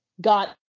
got